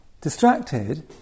distracted